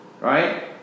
right